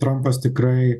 trampas tikrai